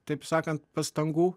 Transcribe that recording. taip sakant pastangų